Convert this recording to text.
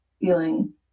feeling